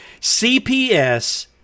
CPS